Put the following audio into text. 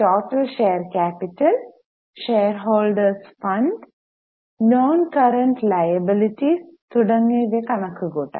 total share capital shareholders fund noncurrent liabilities തുടങ്ങിയവ എല്ലാം കണക്കു കൂട്ടാം